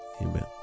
Amen